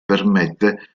permette